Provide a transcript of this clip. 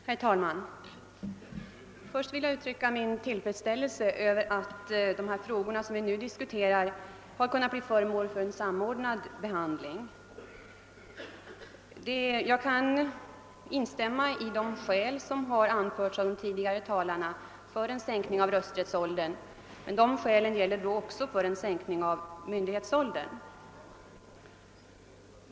Herr talman! Först vill jag uttrycka min tillfredsställelse över att de frågor som vi nu diskuterar har kunnat bli föremål för en samordnad behandling. Jag instämmer med de tidigare talarna och de skäl som anförts för en sänkning av rösträttsåldern, men de skälen gäller också för en sänkning av myndighetsåldern.